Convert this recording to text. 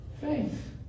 faith